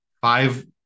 Five